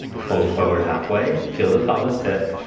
fall forward halfway, feel the pelvis tip.